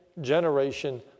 generation